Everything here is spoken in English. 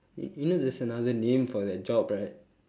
you you know there's another name for that job right